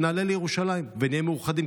ונעלה לירושלים ונהיה מאוחדים,